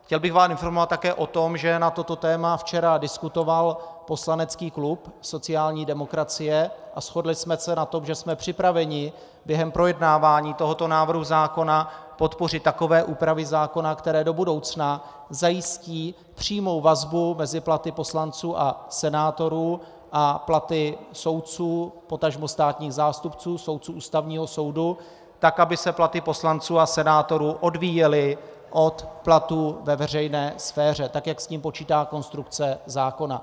Chtěl bych vás informovat také o tom, že na toto téma včera diskutoval poslanecký klub sociální demokracie a shodli jsme se na tom, že jsme připraveni během projednávání tohoto návrhu zákona podpořit takové úpravy zákona, které do budoucna zajistí přímou vazbu mezi platy poslanců a senátorů a platy soudců, potažmo státních zástupců, soudců Ústavního soudu, tak aby se platy poslanců a senátorů odvíjely od platů ve veřejné sféře, tak jak s tím počítá konstrukce zákona.